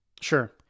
Sure